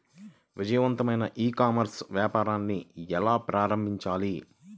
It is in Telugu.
విజయవంతమైన ఈ కామర్స్ వ్యాపారాన్ని ఎలా ప్రారంభించాలి?